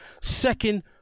second